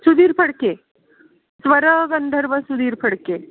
सुधीर फडके स्वरगंधर्व सुधीर फडके